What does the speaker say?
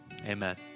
amen